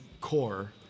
core